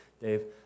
Dave